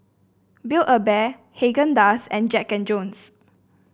Build A Bear Haagen Dazs and Jack And Jones